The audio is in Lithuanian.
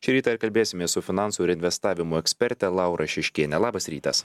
šį rytą ir kalbėsimės su finansų ir investavimo eksperte laura šiškiene labas rytas